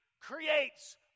creates